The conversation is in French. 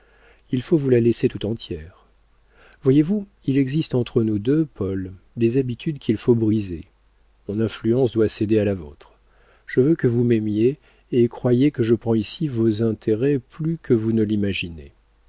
il faut vous la laisser tout entière voyez-vous il existe entre nous deux paul des habitudes qu'il faut briser mon influence doit céder à la vôtre je veux que vous m'aimiez et croyez que je prends ici vos intérêts plus que vous ne l'imaginez